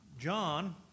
John